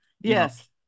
yes